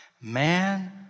Man